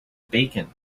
bacon